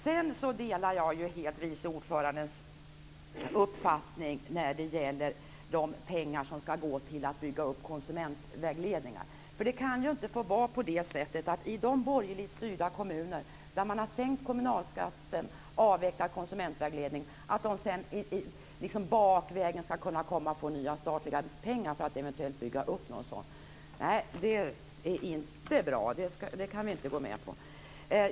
Jag delar helt vice ordförandens uppfattning när det gäller de pengar som ska gå till att bygga upp konsumentvägledningar. Det kan inte få vara på det sättet att de borgerligt styrda kommuner där man har sänkt kommunalskatten och avvecklat konsumentvägledningen bakvägen ska få nya statliga pengar för att bygga upp en sådan verksamhet. Det är inte bra. Det kan vi inte gå med på.